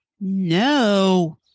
No